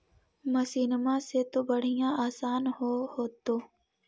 मसिनमा से तो बढ़िया आसन हो होतो?